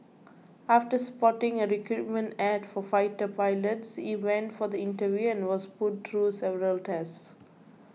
after spotting a recruitment A D for fighter pilots he went for the interview and was put through several tests